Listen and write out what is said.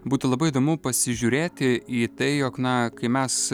būtų labai įdomu pasižiūrėti į tai jog na kai mes